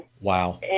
wow